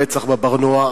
הרצח ב"בר-נוער".